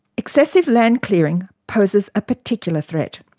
excessive land clearing poses a particular threat.